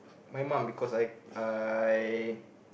my mum because I I